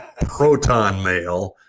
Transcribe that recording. Protonmail